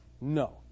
No